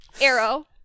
Arrow